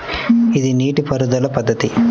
ఇది నీటిపారుదల పద్ధతి